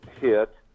hit